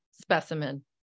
specimen